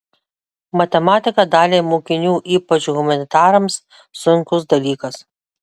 matematika daliai mokinių ypač humanitarams sunkus dalykas